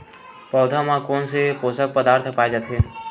पौधा मा कोन से पोषक पदार्थ पाए जाथे?